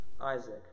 Isaac